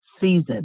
season